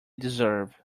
deserve